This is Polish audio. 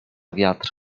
wiatr